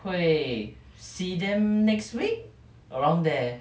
会 see them next week around there